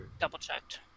double-checked